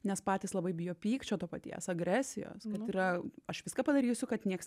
nes patys labai bijo pykčio to paties agresijos kad yra aš viską padarysiu kad nieks